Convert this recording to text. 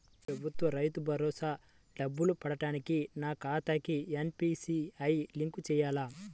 ప్రభుత్వ రైతు భరోసా డబ్బులు పడటానికి నా ఖాతాకి ఎన్.పీ.సి.ఐ లింక్ చేయాలా?